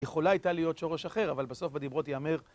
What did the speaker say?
יכולה הייתה להיות שורש אחר, אבל בסוף בדברות ייאמר...